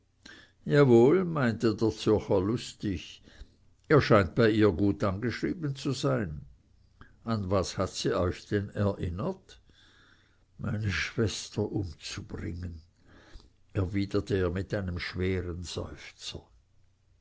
jawohl meinte der zürcher lustig ihr scheint bei ihr gut angeschrieben zu sein an was hat sie euch denn erinnert meine schwester umzubringen erwiderte er mit einem schweren seufzer